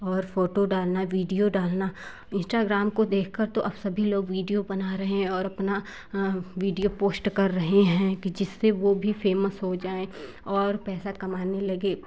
और फोटो डालना वीडियो डालना इंस्टाग्राम को देख कर तो आप सभी लोग वीडियो बना रहे हैं और अपना वीडियो पोस्ट कर रहे हैं कि जिससे वो भी फेमस हो जाए और पैसा कमाने लगे